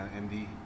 MD